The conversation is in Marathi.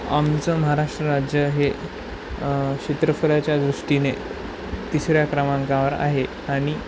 आमचं महाराष्ट्र राज्य हे क्षेत्रफळाच्या दृष्टीने तिसऱ्या क्रमांकावर आहे आणि